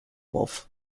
wolf